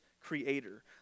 creator